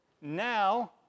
now